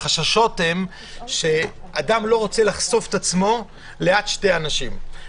החששות הם שאדם לא ירצה לחשוף את עצמו ליד שני אנשים.